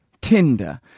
Tinder